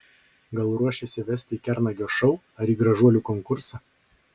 gal ruošiasi vesti į kernagio šou ar į gražuolių konkursą